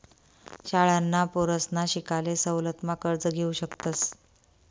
शाळांना पोरसना शिकाले सवलत मा कर्ज घेवू शकतस